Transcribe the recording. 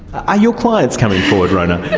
ah your clients coming forward, rona?